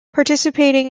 participation